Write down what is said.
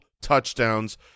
touchdowns